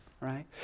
Right